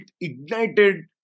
ignited